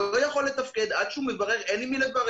לא יכול לתפקד עד שהוא מברר את המצב.